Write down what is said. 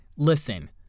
Listen